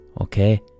okay